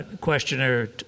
Questioner